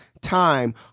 time